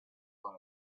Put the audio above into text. cloud